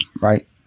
right